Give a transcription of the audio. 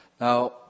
Now